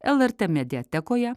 lrt mediatekoje